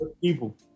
People